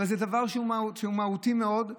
אבל זה דבר שהוא מהותי מאוד.